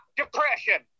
depression